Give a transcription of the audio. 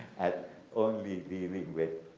at only the wing